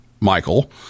Michael